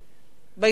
בהיסטוריה של ישראל,